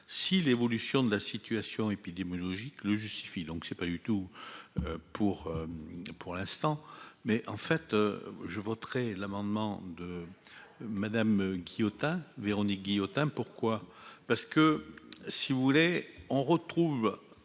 si l'évolution de la situation épidémiologique le justifie donc c'est pas du tout pour pour l'instant, mais en fait je voterai l'amendement de Madame Guillotin Véronique Guillotin, pourquoi, parce que si vous voulez, on retrouve,